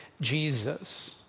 Jesus